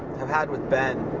have had with ben,